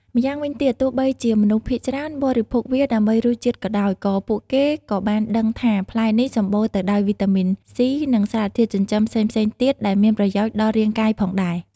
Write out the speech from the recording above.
ម្យ៉ាងវិញទៀត ទោះបីជាមនុស្សភាគច្រើនបរិភោគវាដើម្បីរសជាតិក៏ដោយ ក៏ពួកគេក៏បានដឹងថាផ្លែនេះសម្បូរទៅដោយវីតាមីន ស៊ី និងសារធាតុចិញ្ចឹមផ្សេងៗទៀតដែលមានប្រយោជន៍ដល់រាងកាយផងដែរ។